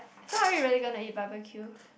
so are we really gonna eat barbecue